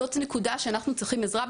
זו נקודה שאנחנו צריכים בה עזרה.